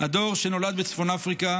הדור שנולד בצפון אפריקה